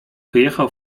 wyjechał